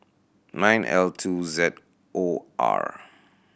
nine L two Z O R